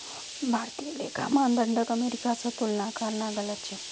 भारतीय लेखा मानदंडक अमेरिका स तुलना करना गलत छेक